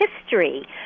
history